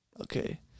Okay